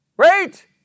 Right